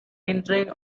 entering